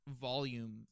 volume